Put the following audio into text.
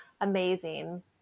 amazing